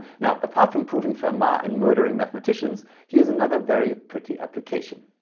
now apart from proving fermat and murdering mathematicians here is another very pretty application,